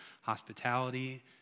hospitality